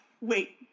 Wait